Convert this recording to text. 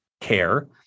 care